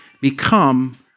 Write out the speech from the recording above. become